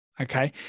okay